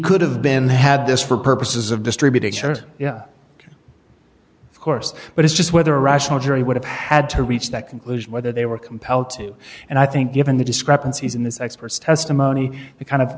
could have been had this for purposes of distributed shares of course but it's just whether rational jury would have had to reach that conclusion whether they were compelled to and i think given the discrepancies in this expert's testimony the kind of